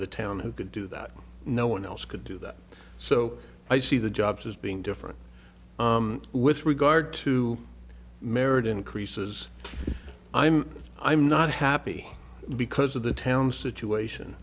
the town who could do that no one else could do that so i see the jobs as being different with regard to merit increases i'm i'm not happy because of the town situation